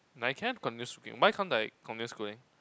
I can continue schooling why can't I continue schooling